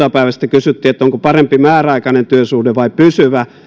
kysyttiin onko parempi määräaikainen työsuhde vai pysyvä